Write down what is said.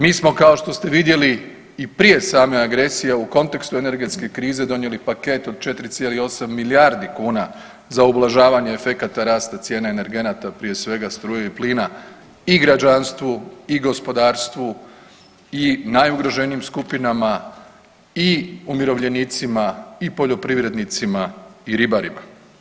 Mi smo kao što ste vidjeli i prije same agresije u kontekstu energetske krize donijeli paket od 4,8 milijardi kuna za ublažavanje efekata rasta cijena energenata prije svega struje i plina i građanstvu i gospodarstvu i najugroženijim skupinama i umirovljenicima i poljoprivrednicima i ribarima.